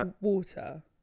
water